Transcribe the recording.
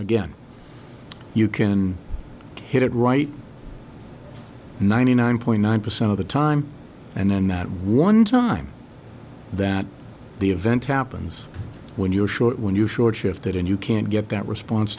again you can hit it right ninety nine point nine percent of the time and then that one time that the event happens when you're short when you're short shifted and you can't get that response